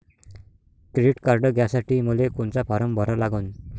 Credit card घ्यासाठी मले कोनचा फारम भरा लागन?